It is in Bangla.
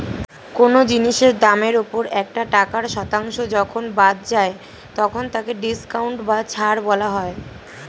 কোন জিনিসের দামের ওপর একটা টাকার শতাংশ যখন বাদ যায় তখন তাকে ডিসকাউন্ট বা ছাড় বলা হয়